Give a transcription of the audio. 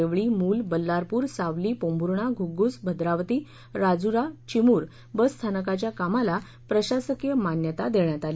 बस्कीत वर्धा देवळी मूल बल्लारपूर सावली पोंभुर्णा घुग्गुस भद्रावती राजुरा चिमूर बसस्थानकाच्या कामाला प्रशासकीय मान्यता देण्यात आली